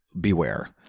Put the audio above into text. Beware